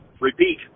repeat